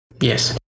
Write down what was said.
yes